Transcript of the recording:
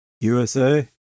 USA